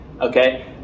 Okay